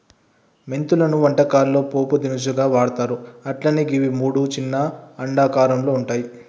మెంతులను వంటకాల్లో పోపు దినుసుగా వాడ్తర్ అట్లనే గివి మూడు చిన్న అండాకారంలో వుంటయి